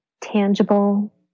tangible